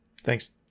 Thanks